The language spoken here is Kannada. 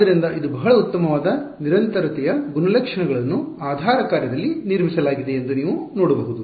ಆದ್ದರಿಂದ ಇದು ಬಹಳ ಉತ್ತಮವಾದ ನಿರಂತರತೆಯ ಗುಣಲಕ್ಷಣಗಳನ್ನು ಆಧಾರ ಕಾರ್ಯದಲ್ಲಿ ನಿರ್ಮಿಸಲಾಗಿದೆ ಎಂದು ನೀವು ನೋಡಬಹುದು